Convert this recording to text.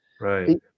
Right